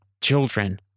children